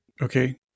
Okay